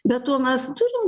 be to mes turim